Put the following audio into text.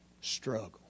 Struggle